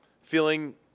feeling